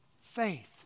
faith